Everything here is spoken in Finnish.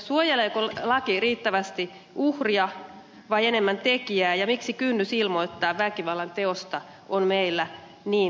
suojeleeko laki riittävästi uhria vai enemmän tekijää ja miksi kynnys ilmoittaa väkivallanteosta on meillä niin korkea